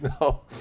no –